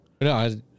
No